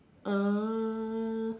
uh